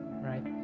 right